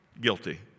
Guilty